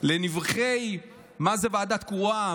לנבכי מה זאת ועדה קרואה,